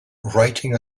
writing